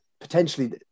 potentially